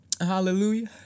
Hallelujah